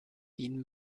ihn